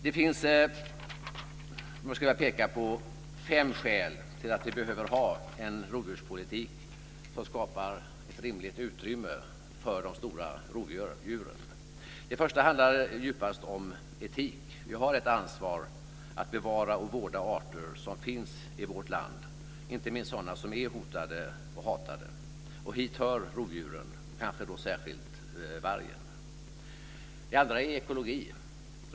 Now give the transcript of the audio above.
Det finns flera skäl till att vi behöver ha en rovdjurspolitik som skapar ett rimligt utrymme för de stora rovdjuren. Det första handlar djupast om etik. Vi har ett ansvar att bevara och vårda arter som finns i vårt land, inte minst sådana som är hotade och hatade. Hit hör rovdjuren, kanske särskilt vargen. Det andra är ekologi.